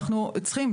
אנחנו צריכים,